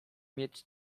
mieć